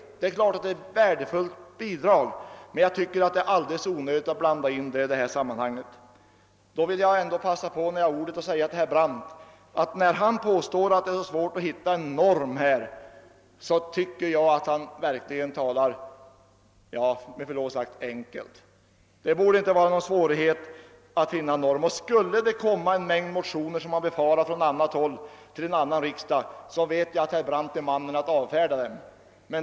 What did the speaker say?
Givetvis är det ett värdefullt bidrag, men det är alldeles onödigt att blanda in det i detta sammanhang. När jag har ordet vill jag passa på att säga till herr Brandt att han, med förlov sagt, talar enkelt när han säger att det är svårt att hitta en norm. Det borde inte vara någon svårighet att finna en sådan norm; och skulle det, som han befarar, väckas en mängd motioner från annat håll till en annan riksdag så vet jag att herr Brandt är mannen att avfärda dem.